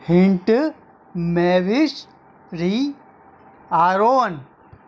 hint मैविश री Aaron